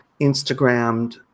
Instagrammed